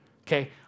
Okay